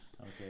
okay